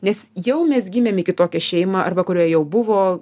nes jau mes gimėm į kitokią šeimą arba kurioje jau buvo